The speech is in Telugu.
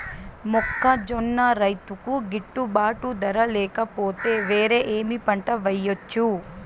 మొక్కజొన్న రైతుకు గిట్టుబాటు ధర లేక పోతే, వేరే ఏమి పంట వెయ్యొచ్చు?